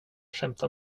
skämtar